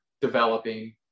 developing